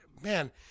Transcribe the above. man